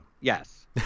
Yes